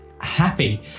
happy